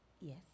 Yes